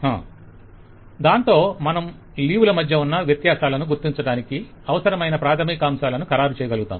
vendor దాంతో మనం leave ల మధ్య ఉన్న వ్యత్యాసాలను గుర్తించటానికి అవసరమైన ప్రాధమికాంశాలను ఖరారు చేయగలుగుతాం